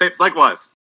likewise